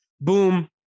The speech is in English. boom